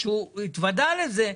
כשהוא התוודע לזה,